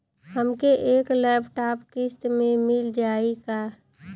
हमके एक लैपटॉप किस्त मे मिल जाई का?